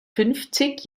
fünfzig